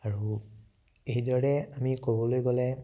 আৰু এইদৰে আমি ক'বলৈ গ'লে